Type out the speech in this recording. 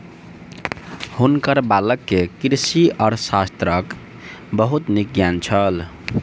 हुनकर बालक के कृषि अर्थशास्त्रक बहुत नीक ज्ञान छल